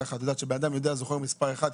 ככה את יודעת שאדם זוכר מספר אחד,